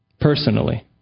Personally